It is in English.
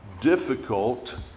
difficult